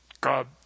God